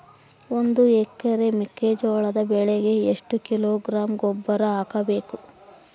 ಒಂದು ಎಕರೆ ಮೆಕ್ಕೆಜೋಳದ ಬೆಳೆಗೆ ಎಷ್ಟು ಕಿಲೋಗ್ರಾಂ ಗೊಬ್ಬರ ಹಾಕಬೇಕು?